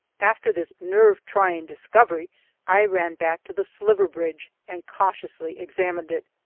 after this nerve-trying discovery i ran back to the sliver-bridge and cautiously examined it.